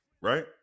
right